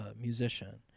musician